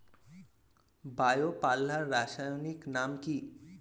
Bio পাল্লার রাসায়নিক নাম কি?